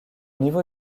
niveau